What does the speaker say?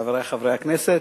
חברי חברי הכנסת,